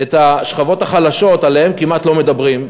את השכבות החלשות, עליהן כמעט לא מדברים,